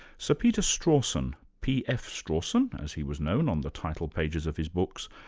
sir peter strawson, p. f. strawson, as he was known on the title pages of his books,